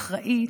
האחראית,